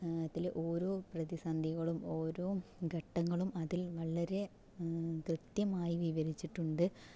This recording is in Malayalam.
ത്തിലെ ഓരോ പ്രതിസന്ധികളും ഓരോ ഘട്ടങ്ങളും അതിൽ വളരെ കൃത്യമായി വിവരിച്ചിട്ടുണ്ട്